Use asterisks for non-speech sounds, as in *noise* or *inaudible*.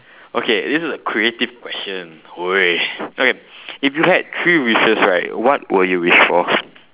okay this is a creative question !oi! okay *breath* if you have three wishes right what would you wish for